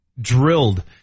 Drilled